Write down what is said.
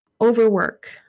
Overwork